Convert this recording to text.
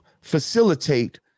facilitate